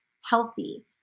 healthy